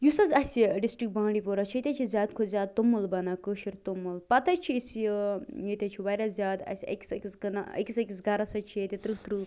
یُس حظ اسہِ یہِ ڈِسٹِرٛکٹ بانٛڈی پورہ چھُ ییٚتہِ حظ چھُ زیادٕ کھۄتہٕ زیادٕ توٚمُل بَنان کٲشُر توٚمُل پتہٕ حظ چھِ أسۍ یہِ ٲں ییٚتہِ حظ چھِ وارِیاہ زیادٕ اسہِ أکِس أکِس کٕنال أکِس أکِس گھرس حظ چھِ ییٚتہِ تٕرٛہ تٕرٛہ